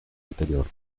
anterior